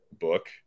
book